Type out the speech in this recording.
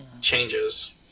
Changes